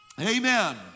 Amen